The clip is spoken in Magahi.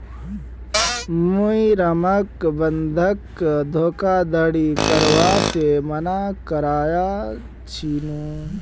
मुई रामक बंधक धोखाधड़ी करवा से माना कर्या छीनु